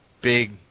big